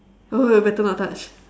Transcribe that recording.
wait wait better not touch